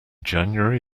january